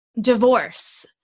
divorce